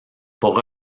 pour